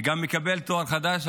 הוא גם מקבל תואר חדש: